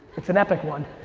it's an epic one.